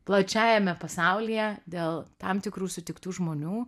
plačiajame pasaulyje dėl tam tikrų sutiktų žmonių